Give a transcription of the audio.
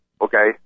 Okay